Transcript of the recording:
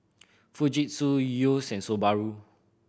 Fujitsu Yeo's and Subaru